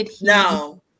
No